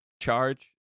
charge